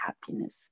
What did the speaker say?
happiness